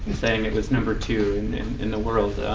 saying it was number two and and in the world.